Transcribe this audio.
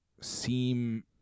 seem